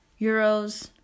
euros